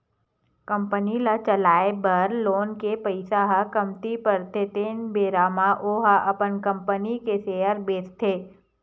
company ल चलाए बर लोन के पइसा ह कमती परथे तेन बेरा म ओहा अपन कंपनी के सेयर बेंचथे